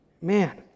man